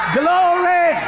glory